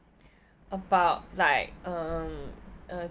about like um uh